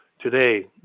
today